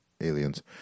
aliens